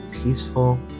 peaceful